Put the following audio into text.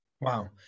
Wow